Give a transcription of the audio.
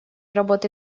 работы